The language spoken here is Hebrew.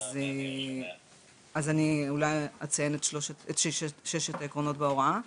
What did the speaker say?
אני אציין את ששת העקרונות בהוראה,